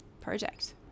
Project